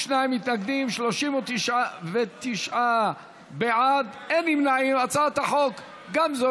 ההצעה להעביר לוועדה את הצעת חוק לתיקון